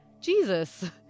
Jesus